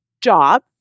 job